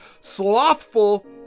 slothful